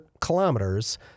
kilometers